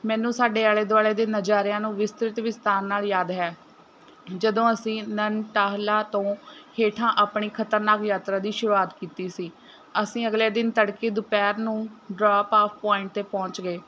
ਮੈਨੂੰ ਸਾਡੇ ਆਲ਼ੇ ਦੁਆਲ਼ੇ ਦੇ ਨਜ਼ਾਰਿਆਂ ਨੂੰ ਵਿਸਤ੍ਰਿਤ ਵਿਸਤਾਰ ਨਾਲ ਯਾਦ ਹੈ ਜਦੋਂ ਅਸੀਂ ਨਨਟਾਹਲਾ ਤੋਂ ਹੇਠਾਂ ਆਪਣੀ ਖਤਰਨਾਕ ਯਾਤਰਾ ਦੀ ਸ਼ੁਰੂਆਤ ਕੀਤੀ ਸੀ ਅਸੀਂ ਅਗਲੇ ਦਿਨ ਤੜਕੇ ਦੁਪਹਿਰ ਨੂੰ ਡਰੋਅ ਪਾਕ ਪੁਆਇੰਟ 'ਤੇ ਪਹੁੰਚ ਗਏ